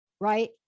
Right